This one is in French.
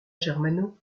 germano